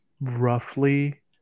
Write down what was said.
roughly